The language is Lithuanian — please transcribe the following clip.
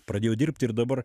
pradėjau dirbt ir dabar